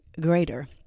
greater